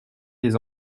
les